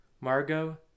Margot